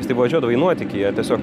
tai važiuodavo jie į nuotykyje tiesiog